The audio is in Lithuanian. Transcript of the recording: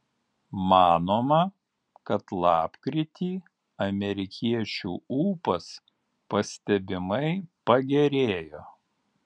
manoma kad lapkritį amerikiečių ūpas pastebimai pagerėjo